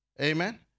Amen